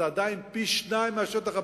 זה עדיין פי-שניים מהשטח הבנוי.